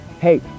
Hey